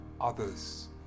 others